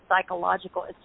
psychological